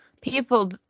people